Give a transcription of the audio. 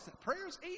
prayer's